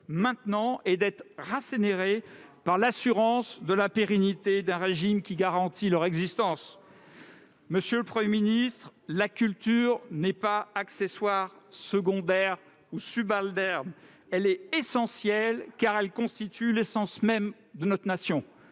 d'être rassérénés par l'assurance de la pérennité d'un régime qui garantit leur existence. Monsieur le Premier ministre, la culture n'est pas accessoire, secondaire ou subalterne ; elle est essentielle, car elle constitue l'essence même de notre Nation.